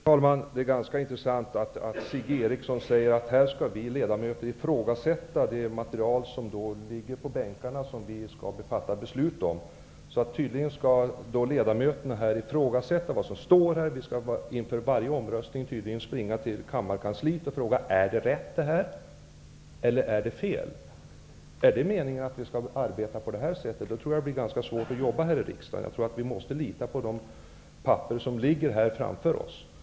Herr talman! Det här är ganska intressant. Sigge Godin säger att vi ledamöter skall ifrågasätta det material som ligger på bänkarna i kammaren och vad som står däri, det material som vi skall fatta beslut om. Inför varje omröstning skall vi också tydligen fråga kammarkansliet om det står rätt eller fel däri. Om det är meningen att vi skall arbeta på det sättet tror jag att det skulle bli ganska svårt att jobba här i riksdagen. Vi måste lita på att de papper som ligger framför oss är riktiga.